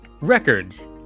Records